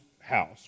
house